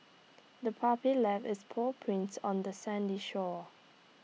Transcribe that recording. the puppy left its paw prints on the sandy shore